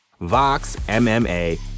VOXMMA